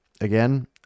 again